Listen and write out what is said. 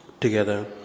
together